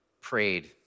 prayed